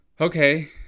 okay